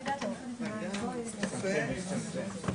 בין הר"י לבין --- איך משנים את זה?